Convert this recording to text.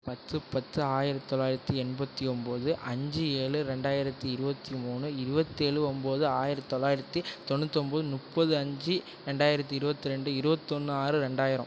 பத்து பத்தி ஆயிரத்தி தொள்ளாயிரத்தி எண்பத்தி ஒன்போது அஞ்சு ஏழு ரெண்டாயிரத்தி இருபத்தி மூணு இருபத்தேழு ஒன்போது ஆயிரத்தி தொள்ளாயிரத்தி தொண்ணூத்தொன்போது முப்பது அஞ்சு ரெண்டாயிரத்தி இருபத்ரெண்டு இருபத்தொன்னு ஆறு ரெண்டாயிரம்